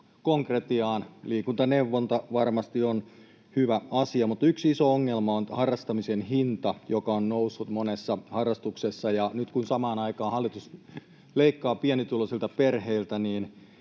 liikuntaneuvonta varmasti on hyvä asia. Mutta yksi iso ongelma on harrastamisen hinta, joka on noussut monessa harrastuksessa. Nyt kun samaan aikaan hallitus leikkaa pienituloisilta perheiltä,